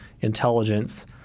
intelligence